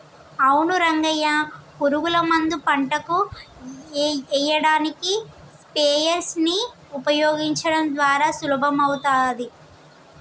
అవును రంగయ్య పురుగుల మందు పంటకు ఎయ్యడానికి స్ప్రయెర్స్ నీ ఉపయోగించడం ద్వారా సులభమవుతాది